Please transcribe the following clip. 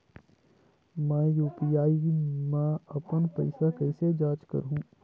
मैं यू.पी.आई मा अपन पइसा कइसे जांच करहु?